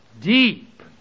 deep